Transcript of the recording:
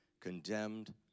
condemned